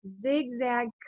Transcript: zigzag